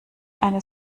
eine